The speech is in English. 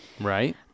Right